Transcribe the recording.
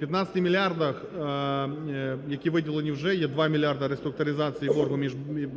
15 мільярдах, які виділені, вже є 2 мільярди реструктуризації боргу